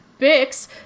Bix